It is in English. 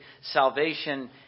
salvation